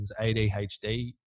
ADHD